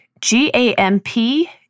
G-A-M-P